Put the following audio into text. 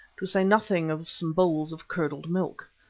to say nothing of some bowls of curdled milk.